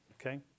Okay